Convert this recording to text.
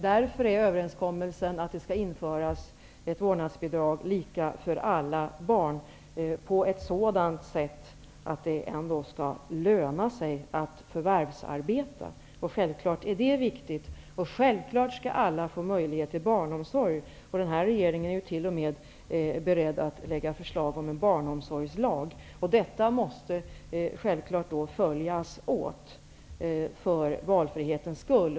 Därför är det överenskommet att det skall införas ett vårdnadsbidrag lika för alla barn på ett sätt som gör att det skall löna sig att förvärvsarbeta. Självklart skall alla få möjlighet till barnomsorg. Den här regeringen är t.o.m. beredd att lägga fram ett förslag om en barnomsorgslag. Det måste självfallet följas upp för valfrihetens skull.